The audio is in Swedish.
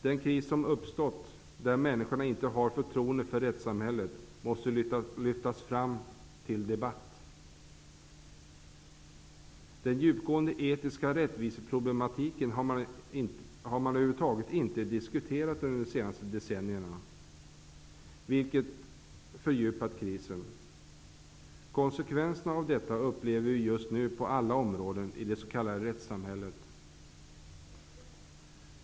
Den kris som har uppstått, där människorna inte har förtroende för rättssamhället, måste lyftas fram till debatt. Den djupgående etiska rättviseproblematiken har man över huvud taget inte diskuterat under de senaste decennierna, vilket har fördjupat krisen. Konsekvenserna av detta upplever vi just nu på alla områden i det s.k. rättssamhället.